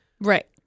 Right